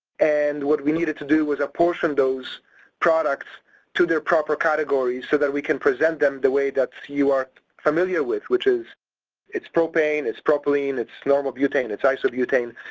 and what we needed to do was portion those products to their proper categories, so that we can present them the way that you are familiar with, which is it's propane, it's propylene, it's normal butane, it's isobutane.